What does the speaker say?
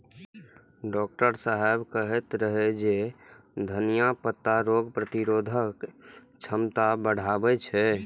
doctor साहेब कहैत रहै जे धनियाक पत्ता रोग प्रतिरोधक क्षमता बढ़बै छै